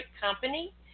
company